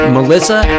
Melissa